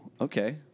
okay